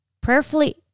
Prayerfully